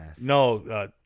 No